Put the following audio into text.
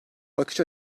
bakış